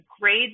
grade